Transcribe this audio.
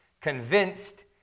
convinced